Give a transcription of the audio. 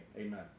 Amen